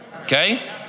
Okay